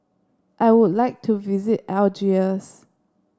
I would like to visit Algiers